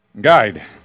Guide